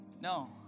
No